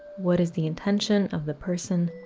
what is the intention of the person?